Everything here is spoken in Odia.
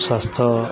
ସ୍ୱାସ୍ଥ୍ୟ